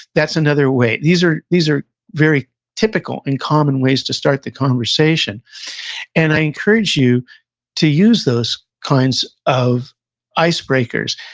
that's another way. these are these are very typical and common ways to start the conversation and i encourage you to use those kinds of icebreakers,